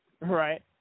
Right